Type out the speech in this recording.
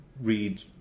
read